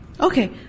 Okay